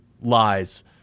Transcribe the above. lies